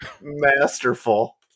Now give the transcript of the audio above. Masterful